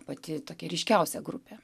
pati tokia ryškiausia grupė